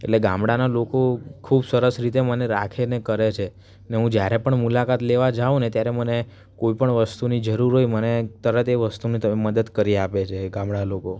એટલે ગામડાનાં લોકો ખૂબ સરસ રીતે મને રાખે અને કરે છે અને હું જ્યારે પણ મુલાકાત લેવા જાઉં ને ત્યારે મને કોઈપણ વસ્તુની જરૂર હોય મને તરત એ વસ્તુની તો મદદ કરી આપે છે એ ગામડાનાં લોકો